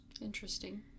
Interesting